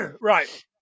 Right